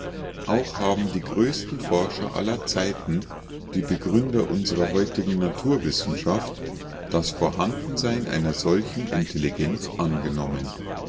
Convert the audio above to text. auch haben die größten forscher aller zeiten die begründer unsrer heutigen naturwissenschaft das vorhandensein einer solchen intelligenz angenommen